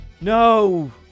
no